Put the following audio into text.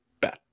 bad